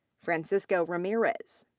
francisco ramirez.